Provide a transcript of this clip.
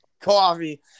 Coffee